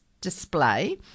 display